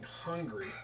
hungry